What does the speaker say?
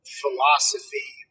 philosophy